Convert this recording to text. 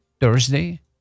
Thursday